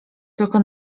tylko